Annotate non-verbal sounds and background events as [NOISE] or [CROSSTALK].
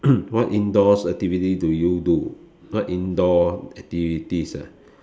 [COUGHS] what indoor activities do you do what indoor activities ah